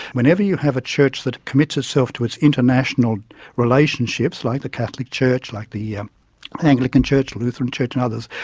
whenever you have a church that commits itself to its international relationships, like the catholic church, like the yeah anglican church, the lutheran church and others,